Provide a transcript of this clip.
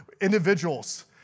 individuals